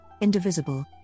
indivisible